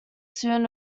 soon